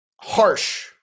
harsh